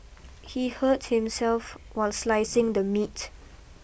he hurt himself while slicing the meat